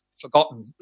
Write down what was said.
forgotten